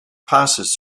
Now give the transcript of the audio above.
passes